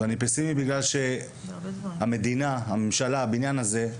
אני פסימי בגלל שהמדינה, הממשלה, הבניין הזה,